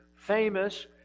Famous